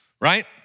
right